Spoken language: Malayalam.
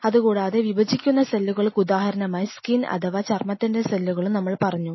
അതുകൂടാതെ വിഭജിക്കുന്ന സെല്ലുകൾക്ക് ഉദാഹരണമായി സ്കിൻ അഥവാ ചർമത്തിന്റെ സെല്ലുകളും നമ്മൾ പറഞ്ഞു